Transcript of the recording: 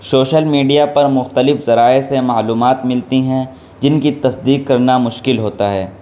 social media پر مختلف ذرائع سے معلومات ملتی ہیں جن کی تصدیق کرنا مشکل ہوتا ہے